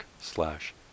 slash